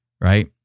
right